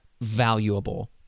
valuable